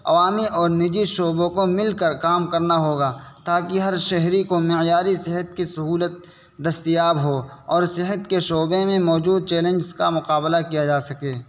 عوامی اور نجی شعبوں کو مل کر کام کرنا ہوگا تاکہ ہر شہری کو معیاری صحت کی سہولت دستیاب ہو اور صحت کے شعبے میں موجود چیلنجس کا مقابلہ کیا جا سکے